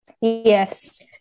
Yes